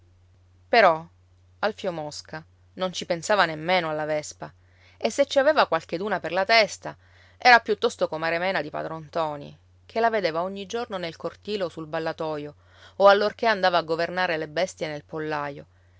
però alfio mosca non ci pensava nemmeno alla vespa e se ci aveva qualcheduna per la testa era piuttosto comare mena di padron ntoni che la vedeva ogni giorno nel cortile o sul ballatoio o allorché andava a governare le bestie nel pollaio